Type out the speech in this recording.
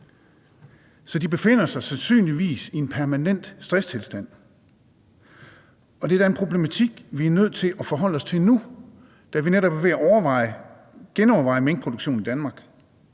Så de befinder sig sandsynligvis i en permanent stresstilstand. Det er da en problematik, vi er nødt til at forholde os til nu, da vi netop er ved at genoverveje minkproduktionen i Danmark,